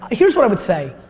here's what i would say,